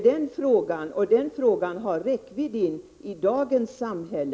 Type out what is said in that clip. Den frågan har räckvidd in i dagens samhälle.